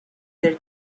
their